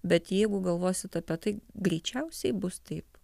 bet jeigu galvosit apie tai greičiausiai bus taip